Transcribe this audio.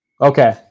Okay